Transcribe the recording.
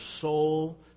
soul